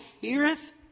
heareth